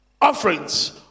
offerings